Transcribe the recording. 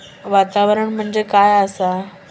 वातावरण म्हणजे काय आसा?